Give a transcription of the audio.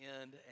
end